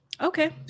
Okay